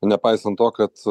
nepaisant to kad